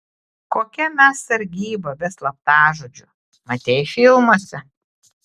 kokia mes sargyba be slaptažodžių matei filmuose